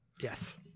Yes